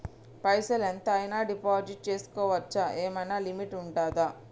పైసల్ ఎంత అయినా డిపాజిట్ చేస్కోవచ్చా? ఏమైనా లిమిట్ ఉంటదా?